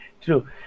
True